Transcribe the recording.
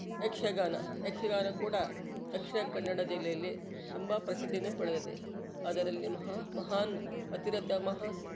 ಯಕ್ಷಗಾನ ಯಕ್ಷಗಾನ ಕೂಡ ದಕ್ಷಿಣ ಕನ್ನಡ ಜಿಲ್ಲೆಯಲ್ಲಿ ತುಂಬ ಪ್ರಸಿದ್ದಿಯನ್ನು ಪಡೆದಿದೆ ಅದರಲ್ಲಿ ಮಹಾ ಮಹಾನ್ ಅತಿರಥ ಮಹಾ